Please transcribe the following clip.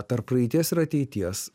tarp praeities ir ateities